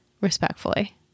respectfully